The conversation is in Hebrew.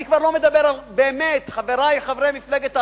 אני כבר לא מדבר באמת, חברי חברי מפלגת העבודה,